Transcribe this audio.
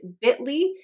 bit.ly